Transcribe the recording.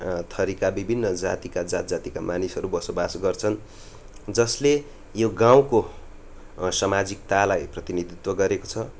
थरीका विभिन्न जातिका जात जातिका मानिसहरू बसोबास गर्छन् जसले यो गाउँको सामाजिकतालाई प्रतिनिधित्व गरेको छ